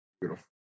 beautiful